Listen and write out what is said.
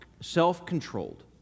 self-controlled